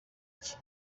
iki